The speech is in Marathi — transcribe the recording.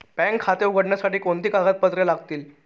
बँक खाते उघडण्यासाठी कोणती कागदपत्रे लागतील?